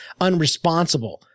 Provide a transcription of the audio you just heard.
unresponsible